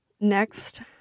Next